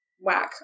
whack